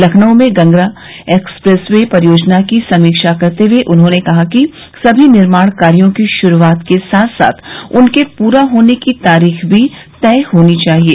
लखनऊ में Ganga expressway परियोजना की समीक्षा करते हए उन्होंने कहा कि समी निर्माण कार्यो की शुरूआत के साथ साथ उनके पूरा होने की तारीख भी तय होनी चाहिये